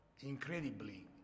incredibly